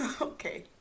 Okay